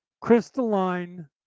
crystalline